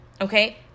okay